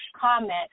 comment